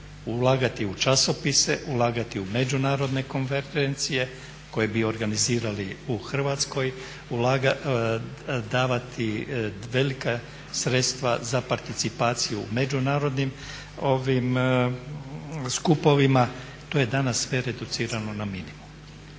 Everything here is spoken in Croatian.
ulagati u časopise, ulagati u međunarodne konvergencije koje bi organizirali u Hrvatskoj, davati velika sredstva za participaciju međunarodnim skupovima. To je danas sve reducirano na minimun.